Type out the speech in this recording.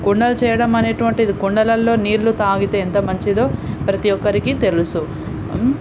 కుండలు చేయడమనేటువంటిది కుండలల్లో నీళ్ళు తాగితే ఎంత మంచిదో ప్రతీ ఒక్కరికీ తెలుసు